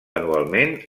anualment